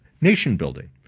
nation-building